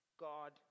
God